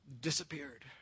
disappeared